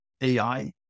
AI